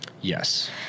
Yes